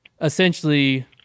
essentially